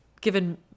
given